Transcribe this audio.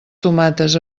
tomates